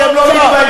אתם לא מתביישים?